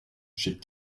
chez